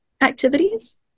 activities